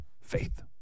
faith